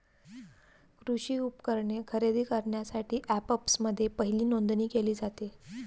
कृषी उपकरणे खरेदी करण्यासाठी अँपप्समध्ये पहिली नोंदणी केली जाते